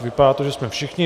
Vypadá to, že jsme všichni.